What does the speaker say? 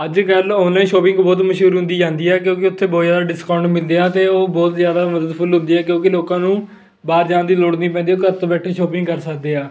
ਅੱਜ ਕੱਲ੍ਹ online shopping ਬਹੁਤ ਮਸ਼ਹੂਰ ਹੁੰਦੀ ਜਾਂਦੀ ਹੈ ਕਿਉਂਕਿ ਉੱਥੇ ਬਹੁ ਜ਼ਿਆਦਾ ਡਿਸਕਾਊਂਟ ਮਿਲਦੇ ਆ ਅਤੇ ਉਹ ਬਹੁਤ ਜ਼ਿਆਦਾ ਮਦਦ ਫੁੱਲ ਹੁੰਦੀ ਹੈ ਕਿਉਂਕਿ ਲੋਕਾਂ ਨੂੰ ਬਾਹਰ ਜਾਣ ਦੀ ਲੋੜ ਨਹੀਂ ਪੈਂਦੀ ਉਹ ਘਰ ਤੋਂ ਬੈਠੇ ਸ਼ੋਪਿੰਗ ਕਰ ਸਕਦੇ ਹਾਂ